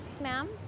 ma'am